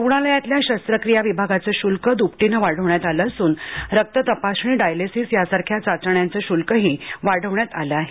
रूग्णालयातल्या शस्त्रक्रिया विभागाचं शुल्क द्पटीने वाढविण्यात आलं असून रक्ततपासणी डायलिसिस यासारख्या चाचण्यांचं श्ल्कही वाढवण्यात आलं आहे